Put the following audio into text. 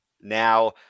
Now